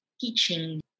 teaching